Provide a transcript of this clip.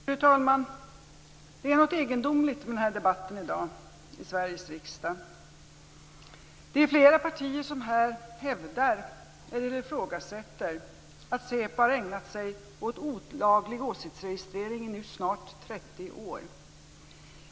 Fru talman! Det är något egendomligt med den här debatten i dag i Sveriges riksdag. Det är flera partier som här hävdar eller ifrågasätter att SÄPO har ägnat sig åt olaglig åsiktsregistrering i snart 30 år.